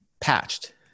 patched